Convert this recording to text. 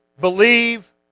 believe